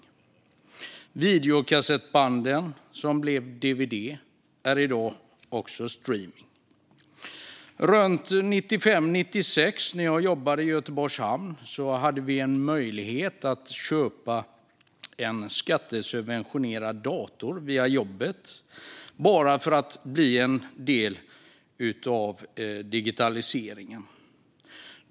Vi har gått från videokassettband till dvd-skivor och också här vidare till streamning. Cirka 1995-1996 jobbade jag i Göteborgs hamn. Då fick vi möjlighet att via jobbet köpa en skattesubventionerad dator som en del av digitaliseringen.